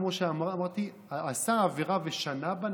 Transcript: כמו שאמרתי: עשה עבירה ושנה בה,